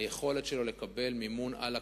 היכולת שלו לקבל מימון על הקרקע,